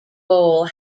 bowl